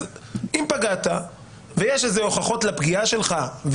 אם פגעת ויש הוכחות לפגיעה שלך,